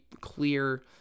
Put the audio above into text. clear